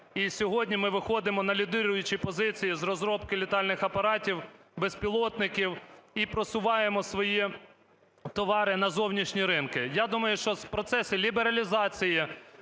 сьогодні ми виходимо на лідируючі позиції з розробки літальних апаратів, безпілотників і просуваємо свої товари на зовнішні ринки. Я думаю, що в процесі лібералізації